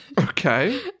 Okay